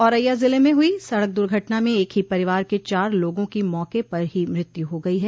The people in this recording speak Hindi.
औरैया जिले में हुई सड़क दुर्घटना में एक ही परिवार के चार लोगों की मौक पर ही मृत्यु हो गई है